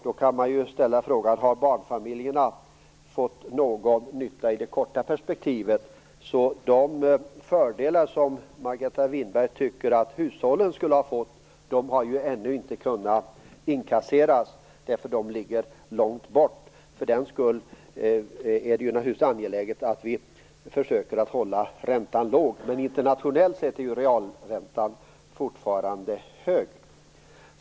Man kan då fråga sig om det har varit till någon nytta för barnfamiljerna i det korta perspektivet. De fördelar som Margareta Winberg tycker att hushållen skulle ha fått har ju ännu inte kunnat inkasseras eftersom de ligger långt bort. Det är naturligtvis ändå angeläget att vi försöker hålla räntan låg. Internationellt sett är ju realräntan fortfarande hög.